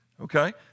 Okay